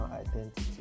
identity